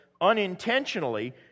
unintentionally